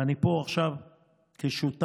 ואני פה עכשיו כשותף